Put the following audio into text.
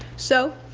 so,